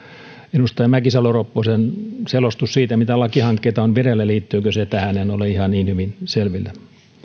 edustaja mäkisalo ropposen selostus siitä mitä lakihankkeita on vireillä tähän en ole ihan niin hyvin selvillä